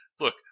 look